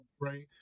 Right